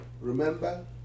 Remember